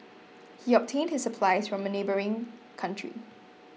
he obtained his supplies from a neighbouring country